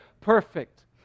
perfect